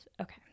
Okay